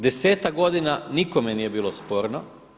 Desetak godina nikome nije bilo sporno.